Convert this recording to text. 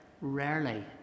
rarely